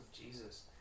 Jesus